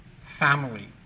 family